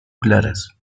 claras